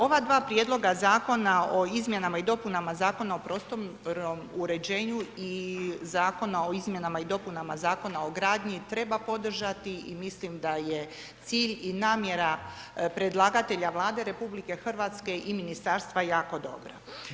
Ova dva Prijedloga zakona o izmjenama i dopunama Zakona o prostornom uređenju i Zakona o izmjenama i dopunama Zakona o gradnji treba podržati i mislim da je cilj i namjera predlagatelja, Vlade Republike Hrvatske i Ministarstva jako dobra.